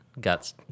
got